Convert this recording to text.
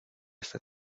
esta